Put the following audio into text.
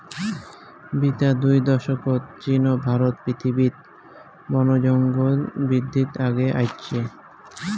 বিতা দুই দশকত চীন ও ভারত পৃথিবীত বনজঙ্গল বিদ্ধিত আগে আইচে